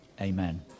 Amen